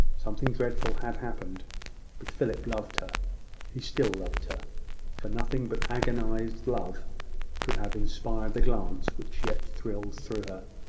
something dreadful had happened but philip loved her he still loved her for nothing but agonised love could have inspired the glance which yet thrilled through her.